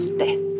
death